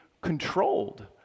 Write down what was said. controlled